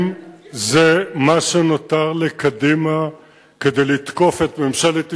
אם זה מה שנותר לקדימה כדי לתקוף את ממשלת ישראל,